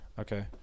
Okay